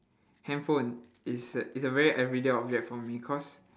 handphone it's a it's a very everyday object for me cause